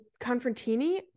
Confrontini